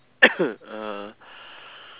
uh